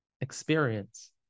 experience